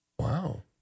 Wow